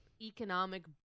economic